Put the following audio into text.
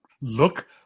Look